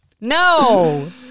no